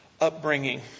upbringing